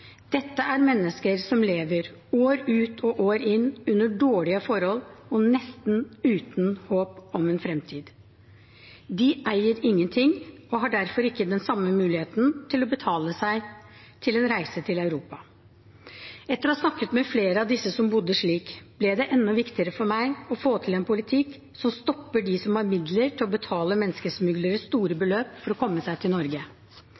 Dette er mennesker som lever år ut og år inn under dårlige forhold og nesten uten håp om en fremtid. De eier ingenting og har derfor ikke den samme muligheten til å betale for en reise til Europa. Etter å ha snakket med flere av disse som bodde slik, ble det enda viktigere for meg å få til en politikk som stopper dem som har midler til å betale menneskesmuglere store beløp for å komme seg til Norge.